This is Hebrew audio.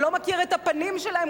הוא לא מכיר את הפנים שלהם,